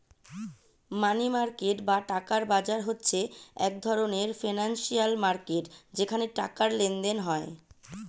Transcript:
মানি market বা টাকার বাজার হচ্ছে এক ধরণের ফিনান্সিয়াল মার্কেট যেখানে টাকার লেনদেন হয়